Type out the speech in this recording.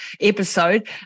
episode